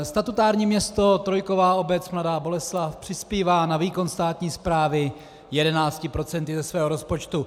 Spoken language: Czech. Statutární město, trojková obec Mladá Boleslav, přispívá na výkon státní správy 11 % ze svého rozpočtu.